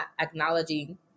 acknowledging